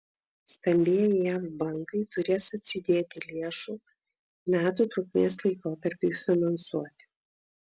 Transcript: stambieji jav bankai turės atsidėti lėšų metų trukmės laikotarpiui finansuoti